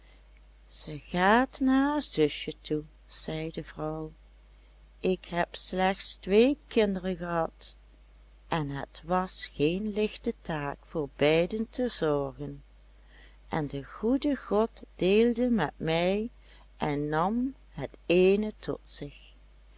ze gaat naar haar zusje toe zei de vrouw ik heb slechts twee kinderen gehad en het was geen lichte taak voor beiden te zorgen en de goede god deelde met mij en nam het eene tot zich